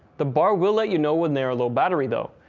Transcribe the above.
the bar will let you know when they are low battery, though,